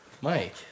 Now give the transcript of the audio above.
Mike